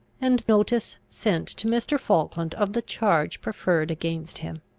and notice sent to mr. falkland of the charge preferred against him.